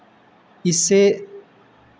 इससे